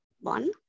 one